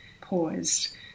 paused